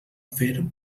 fer